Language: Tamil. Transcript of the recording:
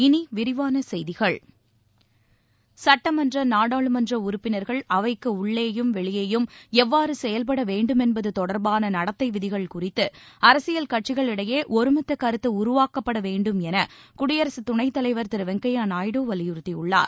இனிவிரிவானசெய்திகள் வெளியேயும் சட்டமன்ற நாடாளுமன்றுப்பினர்கள் அவைக்குஉள்ளேயும் எவ்வாறுசெயல்படவேண்டுமென்பதுதொடர்பானநடத்தைவிதிகள் குறித்து அரசியல் கட்சிகளிடையேஒருமித்தகருத்துஉருவாக்கப்படவேண்டும் எனகுடியரசுதுணைத் தலைவர் திருவெங்கய்யநாயுடு வலியுறுத்தியுள்ளார்